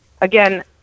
Again